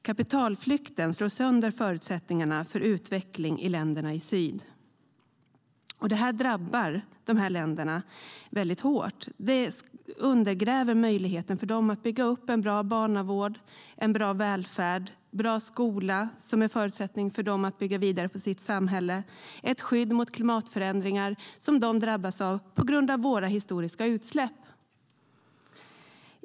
Kapitalflykten slår sönder förutsättningarna för utveckling i länderna i syd. Det drabbar länderna hårt. Det undergräver möjligheten för dem att bygga upp en bra barnavård, en bra välfärd, en bra skola, som är en förutsättning för dem att bygga vidare på sitt samhälle, och ett skydd mot klimatförändringar, som de drabbas av på grund av våra historiska utsläpp.